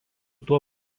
tuo